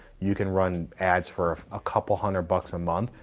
you can run ads for a couple hundred bucks a month,